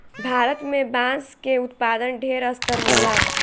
भारत में बांस के उत्पादन ढेर स्तर होला